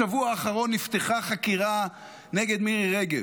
בשבוע האחרון נפתחה חקירה נגד מירי רגב,